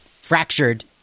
fractured